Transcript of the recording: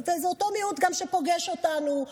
וזה גם אותו מיעוט שפוגש אותנו,